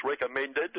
recommended